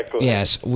Yes